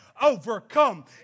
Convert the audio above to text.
overcome